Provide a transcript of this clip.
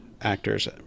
actors